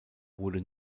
wurde